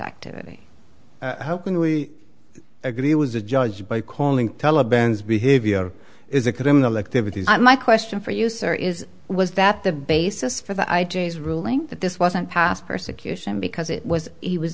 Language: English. activity how can we agree it was adjudged by calling taliban's behavior is a criminal activity my question for you sir is was that the basis for the i d f ruling that this wasn't passed persecution because it was he was